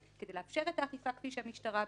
כדי לאפשר את האכיפה כפי שהמשטרה ביקשה.